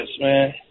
man